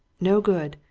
no good!